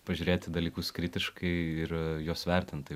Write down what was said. pažiūrėt į dalykus kritiškai ir juos vertint tai